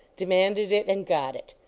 demanded it, and got it.